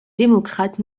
démocrates